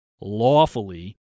lawfully